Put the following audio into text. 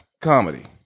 comedy